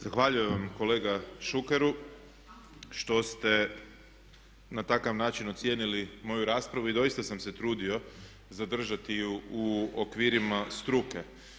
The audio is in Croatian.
Zahvaljujem vam kolega Šukeru što ste na takav način ocijenili moju raspravu i doista sam se trudio zadržati ju u okvirima struke.